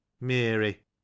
Mary